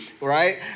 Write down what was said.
right